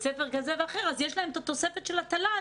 ספר כזה ואחר יש להם את התוספת של התל"ן,